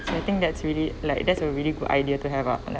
so I think that's really like that's a really good idea to have a like